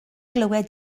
glywed